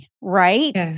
right